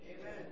Amen